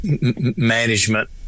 management